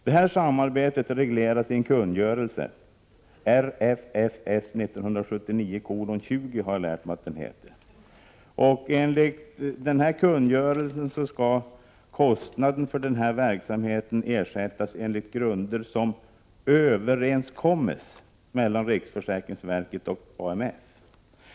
Det här samarbetet regleras i en kungörelse, RFFS 1979:20. Enligt kungörelsen skall kostnaden för denna verksamhet ersättas enligt grunder som överenskommes mellan riksförsäkringsverket och AMF.